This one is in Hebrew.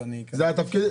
אמונים.